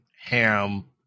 ham